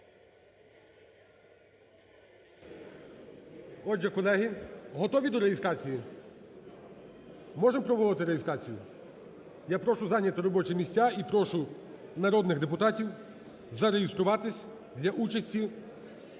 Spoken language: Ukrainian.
Отже, колеги, готові до реєстрації? Можемо проводити реєстрацію? Я прошу зайняти робочі місця і прошу народних депутатів зареєструватись для участі